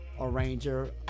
arranger